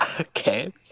Okay